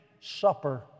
supper